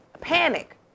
panic